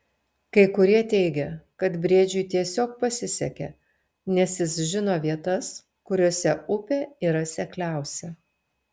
kai kurie teigė kad briedžiui tiesiog pasisekė nes jis žino vietas kuriose upė yra sekliausia